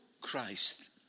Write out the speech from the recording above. Christ